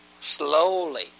slowly